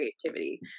creativity